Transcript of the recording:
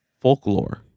folklore